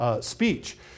speech